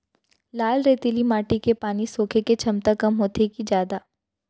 लाल रेतीली माटी के पानी सोखे के क्षमता कम होथे की जादा?